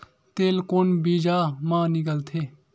तेल कोन बीज मा निकलथे?